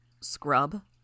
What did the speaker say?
Scrub